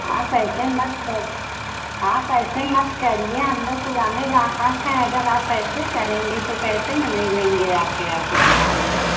आप ऐसे मत कर आप ऐसे मत करिए हम लोग पुराने ग्राहक हैं अगर आप ऐसे करेंगी तो कैसे मनई लेंगे आ कर आपके दुकान पर